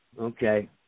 Okay